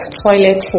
toilet